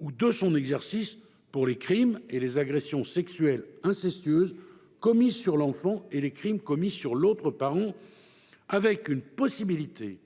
ou de son exercice pour les crimes et les agressions sexuelles incestueuses commis sur l'enfant et les crimes commis sur l'autre parent, avec une possibilité